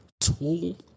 tool